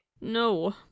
no